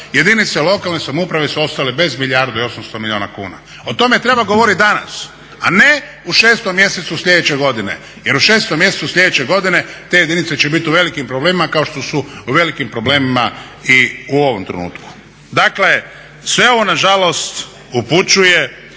jedinice lokalne samouprave su ostale bez milijardu i 800 milijuna kuna. O tome treba govoriti danas, a ne u šestom mjesecu sljedeće godine. Jer u šestom mjesecu sljedeće godine te jedinice će biti u velikim problemima kao što su u velikim problemima i u ovom trenutku. Dakle, sve ovo na žalost upućuje